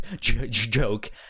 joke